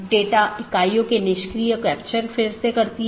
इसके बजाय BGP संदेश को समय समय पर साथियों के बीच आदान प्रदान किया जाता है